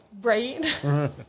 right